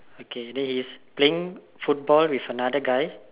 okay then he is playing football with another guy